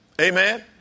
Amen